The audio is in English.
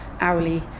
hourly